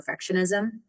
perfectionism